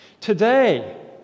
Today